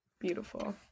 beautiful